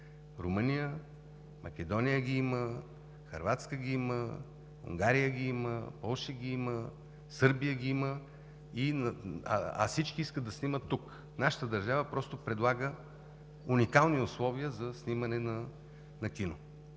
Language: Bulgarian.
Румъния. Македония ги има, Хърватска ги има, Унгария ги има, Полша ги има, Сърбия ги има, а всички искат да снимат тук. Нашата държава просто предлага уникални условия за снимане на кино.